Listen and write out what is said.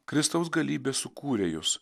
kristaus galybė sukūrė jus